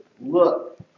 look